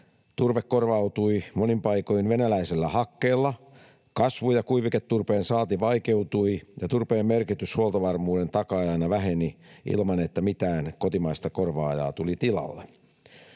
Turve korvautui monin paikoin venäläisellä hakkeella, kasvu- ja kuiviketurpeen saanti vaikeutui ja turpeen merkitys huoltovarmuuden takaajana väheni ilman, että mitään kotimaista korvaajaa tuli tilalle.